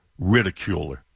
ridiculer